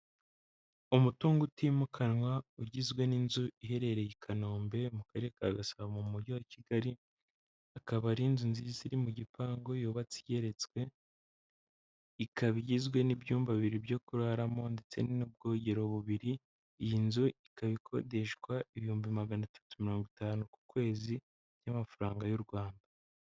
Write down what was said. Umutungo utimukanwa ugizwe n'inzu iherereye i Kanombe mu karere ka Gasabo mu mujyi wa Kigali, akaba ari inzu nziza iri mu gipangu yubatse igeretswe, ikaba igizwe n'ibyumba bibiri byo kuraramo ndetse n'ubwogero bubiri, iyi nzu ikaba ikodeshwa ibihumbi magana atatu mirongo itanu ku kwezi by'amafaranga y'u Rwanda.